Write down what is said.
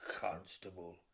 constable